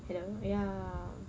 hello ya